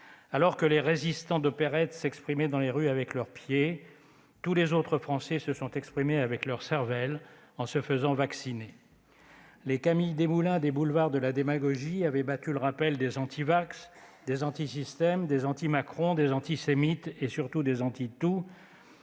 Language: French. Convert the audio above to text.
Alors que les résistants d'opérette s'exprimaient dans les rues avec leurs pieds, tous les autres Français se sont exprimés avec leur cervelle en se faisant vacciner. Les Camille Desmoulins des boulevards de la démagogie avaient battu le rappel des antivax, des anti-système, des anti-Macron, des antisémites et surtout des « anti-tout